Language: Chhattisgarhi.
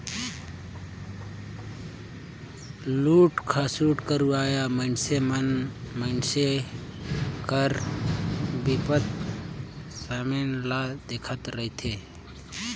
लूट खसोट करोइया मइनसे मन मइनसे कर बिपदा समें ल देखत रहथें